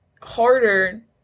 harder